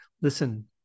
Listen